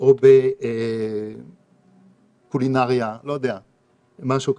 או בקולינריה, משהו כזה,